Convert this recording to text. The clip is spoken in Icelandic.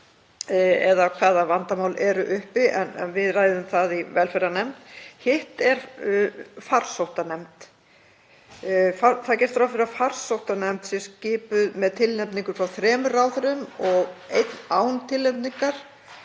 eða hvaða vandamál eru uppi. En við ræðum það í velferðarnefnd. Hitt er farsóttanefnd. Gert er ráð fyrir að farsóttanefnd sé skipuð með tilnefningum frá þremur ráðherrum og einn án tilnefningar